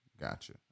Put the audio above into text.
Gotcha